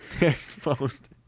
exposed